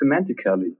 semantically